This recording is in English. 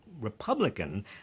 Republican